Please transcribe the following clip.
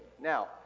Now